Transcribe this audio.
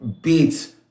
beats